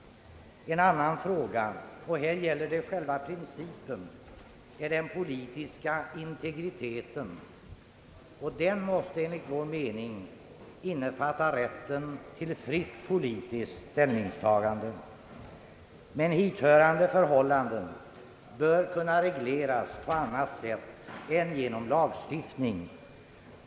En annan fråga — och här gäller det själva principen — är den politiska integriteten, vilken enligt vår mening måste innefatta rätten till ett fritt politiskt ställningstagande. Men hithörande förhållanden bör kunna regleras på annat sätt än genom lagstiftning.